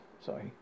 Sorry